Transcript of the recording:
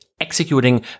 executing